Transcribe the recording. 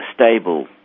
stable